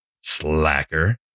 Slacker